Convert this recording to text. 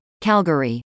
Calgary